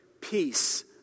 peace